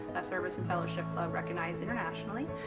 a service and fellowship club recognized internationally.